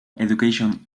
education